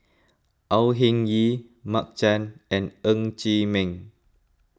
Au Hing Yee Mark Chan and Ng Chee Meng